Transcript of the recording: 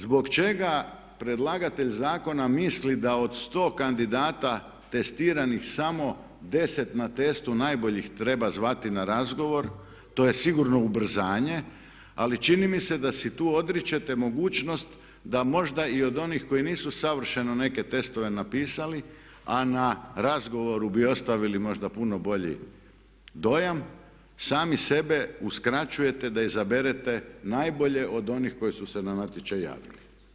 Zbog čega predlagatelj zakona misli da od 100 kandidat testiranih 10 na testu najboljih treba zvati na razgovor, to je sigurno ubrzanje ali čini mi se da se tu odričete mogućnost da možda i od onih koji nisu savršeno neke testove napisali a razgovoru bi ostavili možda puno bolji dojam, sami sebe uskraćujete da izaberete najbolje od onih koji su se na natječaj javili.